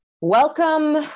Welcome